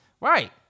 Right